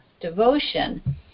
devotion